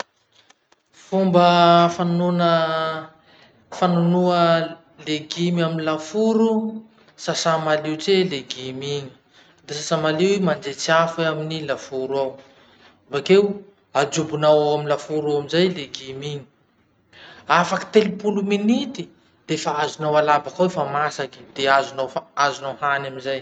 Fomba fanonona fanonoa leguma amy laforo: sasà malio tse legume igny. Vita sasa malio iny, mandrehitsy afo iha amin'ny laforo ao, bakeo ajobonao ao amy laofo ao amizay legume iny. Afaky telopolo minity, defa azonao alà bakao i fa masaky, de azonao fa- azonao hany amizay.